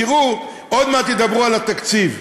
תראו, עוד מעט ידברו על התקציב.